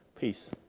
Peace